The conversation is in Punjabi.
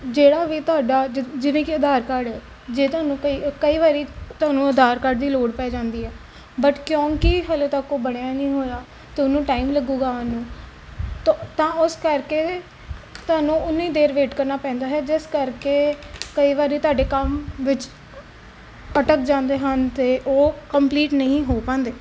ਜਿਹੜਾ ਵੀ ਤੁਹਾਡਾ ਜਿ ਜਿਵੇਂ ਕਿ ਆਧਾਰ ਕਾਰਡ ਹੈਜੇ ਤੁਹਾਨੂੰ ਕਈ ਕਈ ਵਾਰੀ ਤੁਹਾਨੂੰ ਆਧਾਰ ਕਾਰਡ ਦੀ ਲੋੜ ਪੈ ਜਾਂਦੀ ਹੈ ਬਟ ਕਿਉਂਕਿ ਹਜੇ ਤੱਕ ਉਹ ਬਣਿਆ ਨਹੀਂ ਹੋਇਆ ਅਤੇ ਉਹਨੂੰ ਟਾਈਮ ਲੱਗੂਗਾ ਆਉਣ ਨੂੰ ਤੋ ਤਾਂ ਉਸ ਕਰ ਕੇ ਤੁਹਾਨੂੰ ਉਨੀ ਦੇਰ ਵੇਟ ਕਰਨਾ ਪੈਂਦਾ ਹੈ ਜਿਸ ਕਰਕੇ ਕਈ ਵਾਰੀ ਤੁਹਾਡੇ ਕੰਮ ਵਿੱਚ ਅਟਕ ਜਾਂਦੇ ਹਨ ਅਤੇ ਉਹ ਕੰਪਲੀਟ ਨਹੀਂ ਹੋ ਪਾਉਂਦੇ